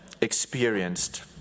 experienced